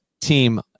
team